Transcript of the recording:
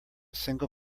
single